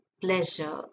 pleasure